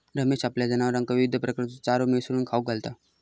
रमेश आपल्या जनावरांका विविध प्रकारचो चारो मिसळून खाऊक घालता